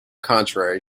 contrary